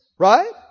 Right